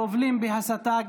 גובלים בהסתה,